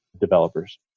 developers